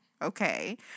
Okay